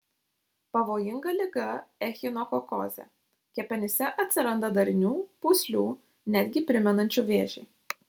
pavojinga liga echinokokozė kepenyse atsiranda darinių pūslių netgi primenančių vėžį